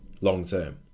long-term